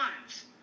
lives